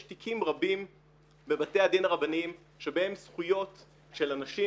יש תיקים רבים בבתי הדין הרבניים שבהם זכויות של אנשים,